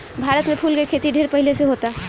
भारत में फूल के खेती ढेर पहिले से होता